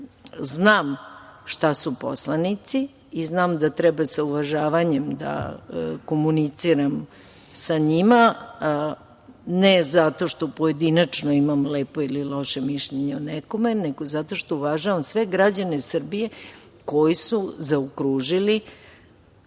znam šta su poslanici i znam da treba sa uvažavanjem da komuniciram sa njima. Ne zato što pojedinačno imam lepo ili loše mišljenje o nekom, nego zato što uvažavam sve građane Srbije koji su zaokružili